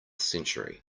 century